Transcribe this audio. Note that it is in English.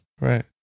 Right